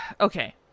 Okay